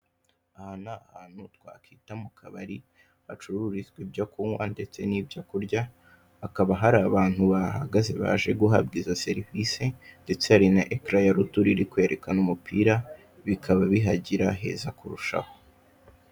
Aha ni ahantu twakwita mu kabari hacururizwa ibyo kunywa ndetse n'ibyo kurya, hakaba hari abantu bahahagaze baje guhabwa izo serivisi ndetse hakaba hari na ekara ya rutura iri kwerekana umupira bikaba bihagira heza kurushaho.